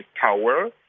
tower